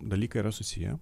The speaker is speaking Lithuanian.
dalykai yra susiję